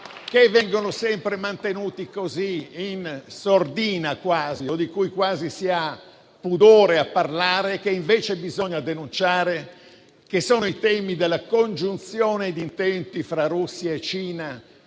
che vengono sempre mantenuti quasi in sordina, o di cui quasi si ha pudore a parlare, che invece bisogna denunciare. Sono i temi della congiunzione di intenti fra Russia e Cina,